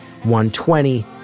120